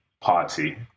party